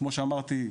כמו שאמרתי,